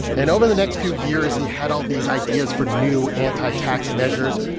and over the next few years, he had all these ideas for new anti-tax measures.